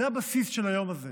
זה הבסיס של היום הזה.